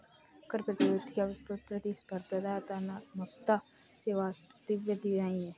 कर प्रतियोगिता प्रतिस्पर्धात्मकता में वास्तविक वृद्धि नहीं है